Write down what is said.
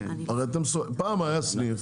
פעם היה סניף,